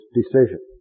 decision